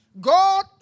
God